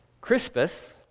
Crispus